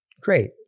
Great